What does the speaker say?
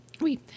Oui